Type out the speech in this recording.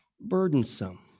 burdensome